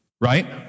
right